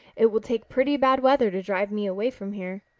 it will take pretty bad weather to drive me away from here.